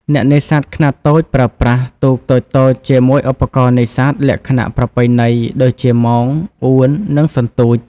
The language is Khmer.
អ្នកនេសាទខ្នាតតូចប្រើប្រាស់ ទូកតូចៗ ជាមួយឧបករណ៍នេសាទលក្ខណៈប្រពៃណីដូចជា មង អួន និងសន្ទូច។